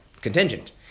Contingent